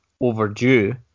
overdue